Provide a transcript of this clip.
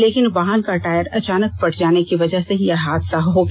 लेकिन वाहन का टायर अचानक फट जाने की वजह से यह हादसा हो गया